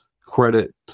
credit